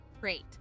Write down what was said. Great